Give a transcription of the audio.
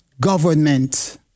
government